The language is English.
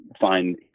find